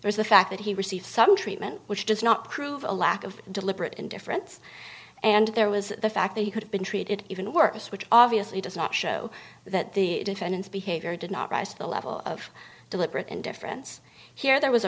there is the fact that he received some treatment which does not prove a lack of deliberate indifference and there was the fact that he could have been treated even worse which obviously does not show that the defendants behavior did not rise to the level of deliberate indifference here there was a